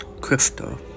crystal